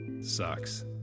sucks